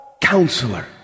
Counselor